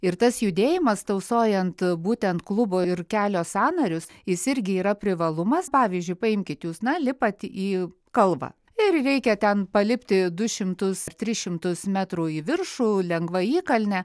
ir tas judėjimas tausojant būtent klubo ir kelio sąnarius jis irgi yra privalumas pavyzdžiui paimkit jūs na lipat į kalvą ir reikia ten palipti du šimtus tris šimtus metrų į viršų lengva įkalne